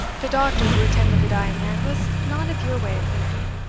the doctor who attended the dying man was not of your way of thinking,